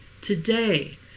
today